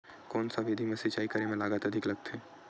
कोन सा विधि म सिंचाई करे म लागत अधिक लगथे?